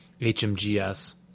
HMGS